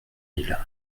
miles